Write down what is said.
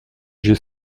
j’ai